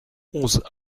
onze